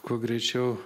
kuo greičiau